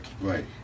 Right